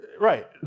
Right